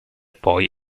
poi